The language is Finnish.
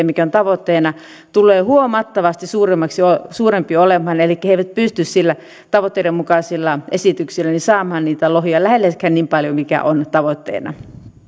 mikä on tavoitteena huomattavasti suurempi elikkä he eivät pysty niillä tavoitteiden mukaisilla esityksillä saamaan niitä lohia lähellekään niin paljon kuin on tavoitteena